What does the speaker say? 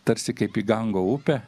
tarsi kaip į gango upę